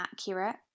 accurate